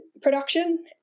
production